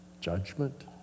Judgment